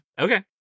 Okay